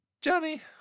Johnny